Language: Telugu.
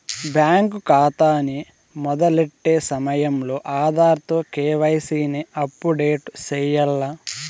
బ్యేంకు కాతాని మొదలెట్టే సమయంలో ఆధార్ తో కేవైసీని అప్పుడేటు సెయ్యాల్ల